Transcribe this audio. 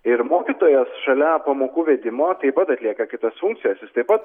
ir mokytojas šalia pamokų vedimo taip pat atlieka kitas funkcijas jis taip pat